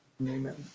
Amen